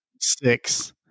six